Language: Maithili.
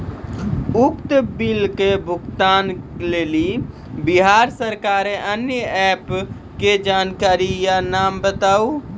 उक्त बिलक भुगतानक लेल बिहार सरकारक आअन्य एप के जानकारी या नाम बताऊ?